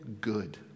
good